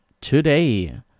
today